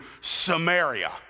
Samaria